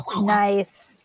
nice